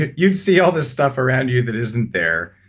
you'd see all this stuff around you that isn't there.